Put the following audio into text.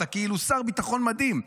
אתה כאילו שר ביטחון מדהים.